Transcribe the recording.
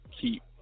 keep